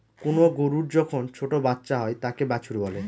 কোনো গরুর যখন ছোটো বাচ্চা হয় তাকে বাছুর বলে